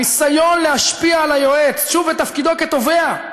הניסיון להשפיע על היועץ, שוב, בתפקידו כתובע,